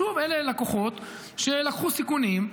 שוב, אלה לקוחות שלקחו סיכונים.